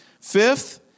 Fifth